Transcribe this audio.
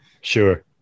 Sure